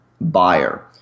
buyer